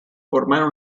formant